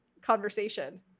conversation